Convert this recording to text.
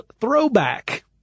Throwback